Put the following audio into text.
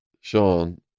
Sean